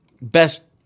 best